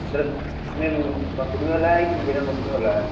मतलब उसमें वह मकुनी वाला है कि बिना मकुनी वाला है